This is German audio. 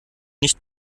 nicht